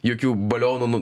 jokių balionų nu